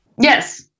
Yes